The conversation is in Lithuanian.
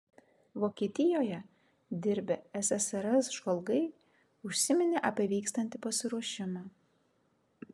vokietijoje dirbę ssrs žvalgai užsiminė apie vykstantį pasiruošimą